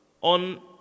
on